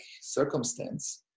circumstance